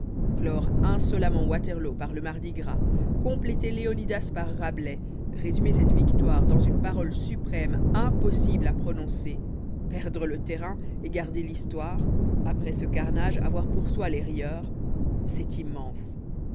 clore insolemment waterloo par le mardi gras compléter léonidas par rabelais résumer cette victoire dans une parole suprême impossible à prononcer perdre le terrain et garder l'histoire après ce carnage avoir pour soi les rieurs c'est immense